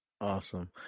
Awesome